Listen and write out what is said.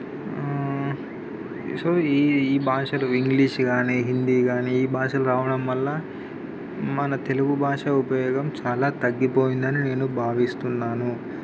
so ఈ భాషలు ఇంగ్లీషు కానీ హిందీ కానీ ఈ భాషలు రావడం వల్ల మన తెలుగు భాష ఉపయోగం చాలా తగ్గిపోయింది అని నేను భావిస్తున్నాను